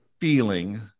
Feeling